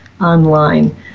online